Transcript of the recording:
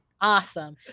awesome